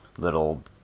little